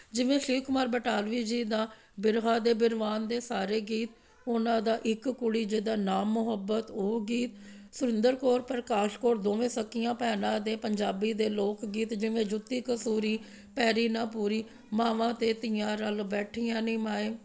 ਜਿਵੇਂ ਸ਼ਿਵ ਕੁਮਾਰ ਬਟਾਲਵੀ ਜੀ ਦਾ ਬਿਰਹਾ ਦੇ ਬਿਰਵਾਨ ਦੇ ਸਾਰੇ ਗੀਤ ਉਹਨਾਂ ਦਾ ਇੱਕ ਕੁੜੀ ਜਿਹਦਾ ਨਾਮ ਮੁਹੱਬਤ ਉਹ ਗੀਤ ਸੁਰਿੰਦਰ ਕੌਰ ਪ੍ਰਕਾਸ਼ ਕੌਰ ਦੋਵੇਂ ਸਕੀਆਂ ਭੈਣਾਂ ਦੇ ਪੰਜਾਬੀ ਦੇ ਲੋਕ ਗੀਤ ਜਿਵੇਂ ਜੁੱਤੀ ਕਸੂਰੀ ਪੈਰੀ ਨਾ ਪੂਰੀ ਮਾਵਾਂ ਅਤੇ ਧੀਆਂ ਰਲ ਬੈਠੀਆਂ ਨੀ ਮਾਏ